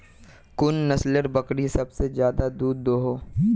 कुन नसलेर बकरी सबसे ज्यादा दूध दो हो?